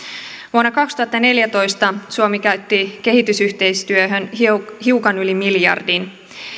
vuonna kaksituhattaneljätoista suomi käytti kehitysyhteistyöhön hiukan hiukan yli miljardin